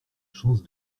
chance